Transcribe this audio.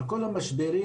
המשברים,